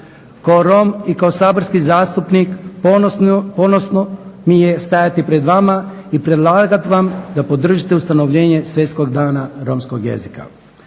Kao Rom i kao saborski zastupnik ponosno mi je stajati pred vama i predlagati vam da podržite ustanovljenje Svjetskog dana romskog jezika.